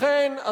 לכן,